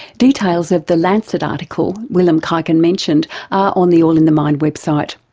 details of the lancet article willem kuyken mentioned are on the all in the mind website.